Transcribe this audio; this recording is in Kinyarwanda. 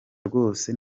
rwose